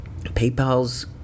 paypal's